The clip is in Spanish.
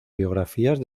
biografías